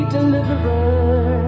Deliverer